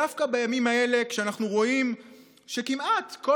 דווקא בימים האלה כשאנחנו רואים שכמעט כל